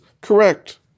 correct